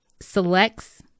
selects